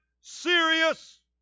serious